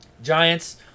Giants